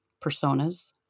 personas